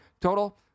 total